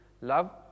Love